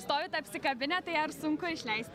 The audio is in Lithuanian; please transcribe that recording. stovit apsikabinę tai ar sunku išleisti